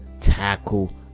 tackle